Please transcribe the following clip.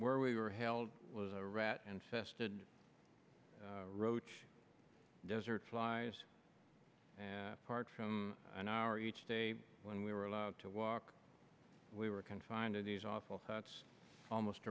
where we were held was a rat infested roach desert flies apart from an hour each day when we were allowed to walk we were confined to these awful thoughts almost